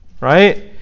Right